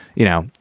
you know,